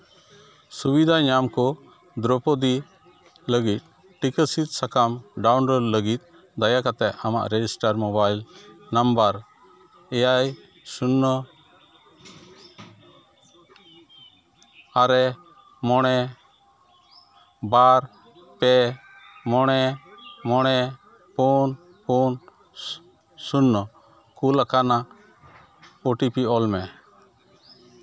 ᱥᱩᱵᱤᱫᱷᱟ ᱧᱟᱢ ᱠᱚ ᱫᱨᱳᱯᱚᱫᱤ ᱞᱟᱹᱜᱤᱫ ᱴᱤᱠᱟᱹ ᱥᱤᱫᱽ ᱥᱟᱠᱟᱢ ᱰᱟᱣᱩᱱᱞᱳᱰ ᱞᱟᱹᱜᱤᱫ ᱫᱟᱭᱟ ᱠᱟᱛᱮ ᱟᱢᱟᱜ ᱨᱮᱡᱤᱥᱴᱟᱨ ᱢᱳᱵᱟᱭᱤᱞ ᱱᱟᱢᱵᱟᱨ ᱮᱭᱟᱭ ᱥᱩᱱᱱᱚ ᱟᱨᱮ ᱢᱚᱬᱮ ᱵᱟᱨ ᱯᱮ ᱢᱚᱬᱮ ᱢᱚᱬᱮ ᱯᱩᱱ ᱯᱩᱱ ᱥᱩᱱᱱᱚ ᱠᱩᱞ ᱟᱠᱟᱱᱟ ᱳ ᱴᱤ ᱯᱤ ᱚᱞ ᱢᱮ